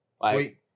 Wait